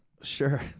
Sure